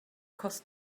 cost